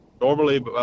Normally